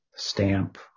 Stamp